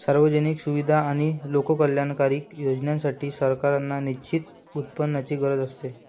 सार्वजनिक सुविधा आणि लोककल्याणकारी योजनांसाठी, सरकारांना निश्चित उत्पन्नाची गरज असते